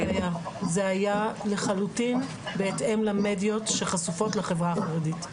זה היה לחלוטין בהתאם למדיות שחשופות לחברה החרדית.